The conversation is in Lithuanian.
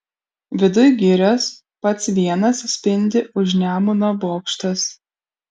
viduj girios pats vienas spindi už nemuno bokštas